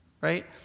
right